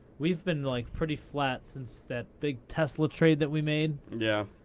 we've been like pretty flat since that big tesla trade that we made. yeah.